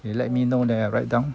you let me know then I write down